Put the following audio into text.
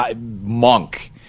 monk